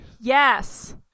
Yes